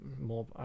More